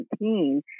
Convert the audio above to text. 2017